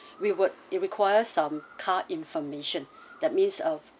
we would it require some car information that means um